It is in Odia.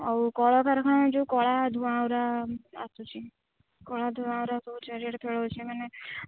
ଆଉ କଳକାରଖାନା ଯେଉଁ କଳା ଧୁଆଁଗୁଡ଼ା ଆସୁଛି କଳା ଧୁଆଁଗୁଡ଼ା ସବୁ ଚାରିଆଡ଼େ ଖେଳଉଛି ମାନେ